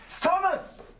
Thomas